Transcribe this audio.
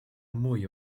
mwy